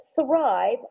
thrive